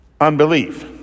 Unbelief